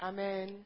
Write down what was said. Amen